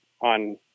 on